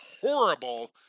horrible